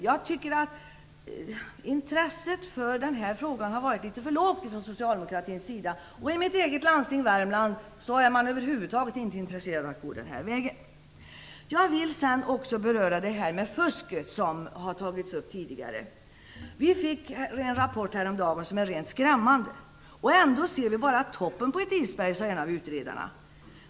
Jag tycker att intresset för denna fråga har varit litet för lågt från socialdemokratins sida. I mitt eget hem landsting i Värmland är man över huvud taget inte intresserade av att gå den här vägen. Jag vill också beröra det här med fusket som har tagits upp tidigare. Vi fick en rapport härom dagen som är rent skrämmande. Ändå ser vi, sade en av utredarna, bara toppen på ett isberg!